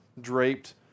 draped